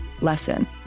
lesson